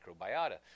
microbiota